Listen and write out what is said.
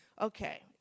Okay